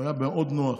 הוא היה מאוד נוח,